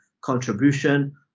contribution